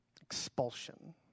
Expulsion